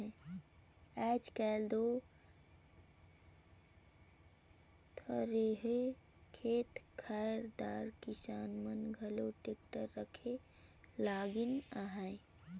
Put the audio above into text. आएज काएल दो थोरहे खेत खाएर दार किसान मन घलो टेक्टर राखे लगिन अहे